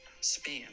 span